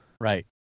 Right